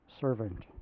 servant